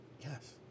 Yes